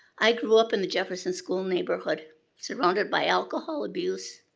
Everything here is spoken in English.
i grew up in the jefferson school neighborhood surrounded by alcohol abuse,